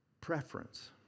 preference